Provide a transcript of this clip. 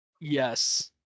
Yes